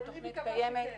אני מקווה שכן.